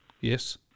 Yes